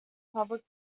public